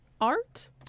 art